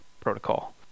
protocol